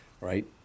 Right